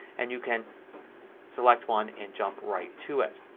and you can select one and jump right to it.